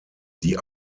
die